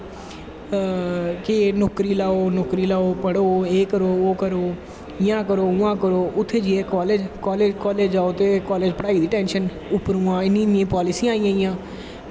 के नौकरी लैओ नौकरी लैओ पढ़ो एह् करो ओह् करो इयां करो उआं करो उत्थें जाईयै कालेज़ कालेज़ जाओ ते कालेज़ पढ़ाई दी टैंशन उप्परों दा इन्नियां इन्नियां पालिसियां आई गेईयां